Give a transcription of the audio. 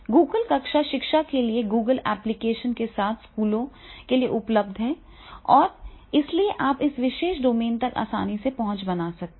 Google कक्षा शिक्षा के लिए Google एप्लिकेशन के साथ स्कूलों के लिए उपलब्ध है और इसलिए आप इस विशेष डोमेन तक आसानी से पहुँच बना सकते हैं